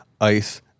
ice